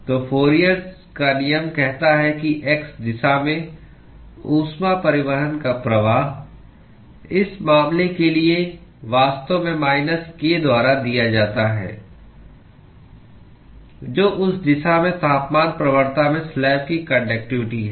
तो फूरियरFourier's का नियम कहता है कि x दिशा में ऊष्मा परिवहन का प्रवाह इस मामले के लिए वास्तव में माइनस K द्वारा दिया जाता है जो उस दिशा में तापमान प्रवणता में स्लैब की कान्डक्टिवटी है